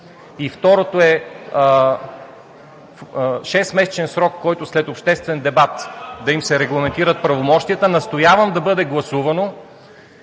И второто е шестмесечен срок, в който след обществен дебат да им се регламентират правомощията. Настоявам да бъде гласувано